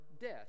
death